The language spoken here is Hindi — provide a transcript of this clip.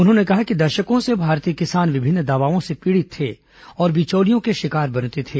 उन्होंने कहा कि दशकों से भारतीय किसान विभिन्न दबावों से पीड़ित थे और बिचौलियों के शिकार बनते थे